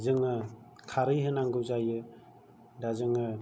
जोङो खारै होनांगौ जायो दा जोङो